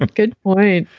but good point.